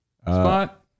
spot